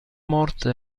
morte